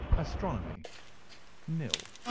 astronomy nil.